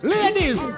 Ladies